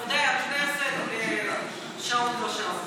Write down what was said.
מעובדי הכנסת, זה שעות לא שעות.